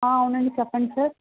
అవునండి చెప్పండి సార్